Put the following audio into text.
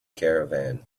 caravan